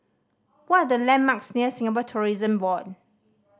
what are the landmarks near Singapore Tourism Board